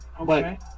Okay